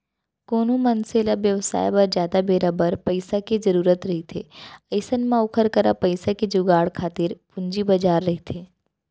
कोनो मनसे ल बेवसाय बर जादा बेरा बर पइसा के जरुरत रहिथे अइसन म ओखर करा पइसा के जुगाड़ खातिर पूंजी बजार रहिथे